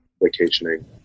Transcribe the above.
vacationing